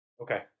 Okay